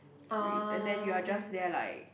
breathe and then you are just there like